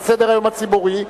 על סדר-היום הציבורי,